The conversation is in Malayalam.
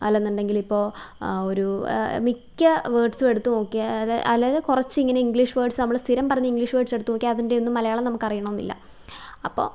അല്ലാന്ന് ഉണ്ടെങ്കിൽ ഇപ്പോൾ ഒരൂ മിക്ക വേഡ്സും എടുത്ത് നോക്കിയാല് അല്ലാതെ കുറച്ചിങ്ങനെ ഇംഗ്ലീഷ് വേഡ്സ് നമ്മള് സ്ഥിരം പറഞ്ഞ ഇംഗ്ലീഷ് വേഡ്സ് എടുത്ത് നോക്കിയാൽ അതിൻറ്റൊയൊന്നും മലയാളം നമുക്ക് അറിയണം എന്നില്ല അപ്പോൾ